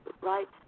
right